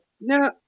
No